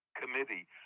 committee